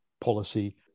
policy